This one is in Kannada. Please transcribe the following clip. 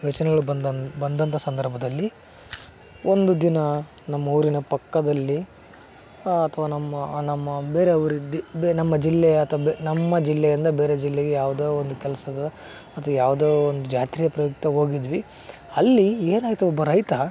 ಯೋಚನೆಗಳು ಬಂದಂ ಬಂದಂಥ ಸಂದರ್ಭದಲ್ಲಿ ಒಂದು ದಿನ ನಮ್ಮ ಊರಿನ ಪಕ್ಕದಲ್ಲಿ ಅಥವಾ ನಮ್ಮ ನಮ್ಮ ಬೇರೆ ಊರಿದ್ದಿ ಬೆ ನಮ್ಮ ಜಿಲ್ಲೆಯ ಅಥವಾ ನಮ್ಮ ಜಿಲ್ಲೆಯಿಂದ ಬೇರೆ ಜಿಲ್ಲೆಗೆ ಯಾವುದೋ ಒಂದು ಕೆಲಸದ ಅಥವಾ ಯಾವುದೋ ಒಂದು ಜಾತ್ರೆಯ ಪ್ರಯುಕ್ತ ಹೋಗಿದ್ವಿ ಅಲ್ಲಿ ಏನಾಯಿತು ಒಬ್ಬ ರೈತ